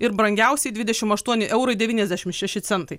ir brangiausiai dvidešimt aštuoni eurai devyniasdešim centai